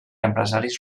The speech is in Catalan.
empresaris